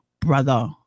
brother